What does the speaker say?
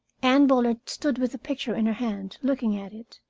anne bullard stood with the picture in her hand, looking at it.